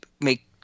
make